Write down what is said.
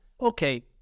okay